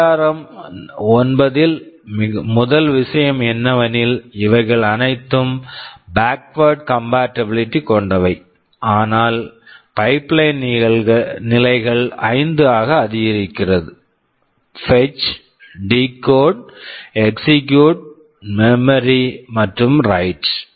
ARM ARM 9 ல் முதல் விஷயம் என்னவெனில் இவை அனைத்தும் பேக்வார்ட் கம்பாடிப்பிள் backward compatible கொண்டவை ஆனால் பைப்லைன் pipeline நிலைகள் 5 ஆக அதிகரிக்கிறது fetch fetch decode decode execute execute memory memory மற்றும் வ்ரைட் write